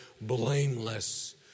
blameless